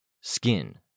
Skin